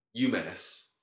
UMass